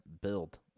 build